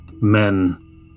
men